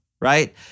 right